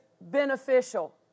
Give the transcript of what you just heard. beneficial